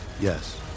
Yes